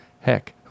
Heck